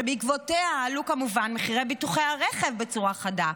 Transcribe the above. שבעקבותיה עלו כמובן מחירי ביטוחי הרכב בצורה חדה.